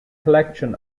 collection